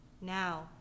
now